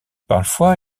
parfois